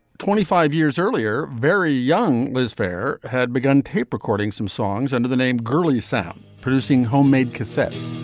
twenty five years earlier very young was fair had begun tape recording some songs under the name girly sound producing homemade cassettes.